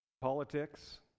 Politics